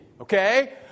okay